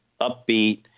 upbeat